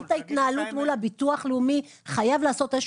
גם בהתנהלות מול הביטוח הלאומי חייב להיעשות איזה